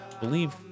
believe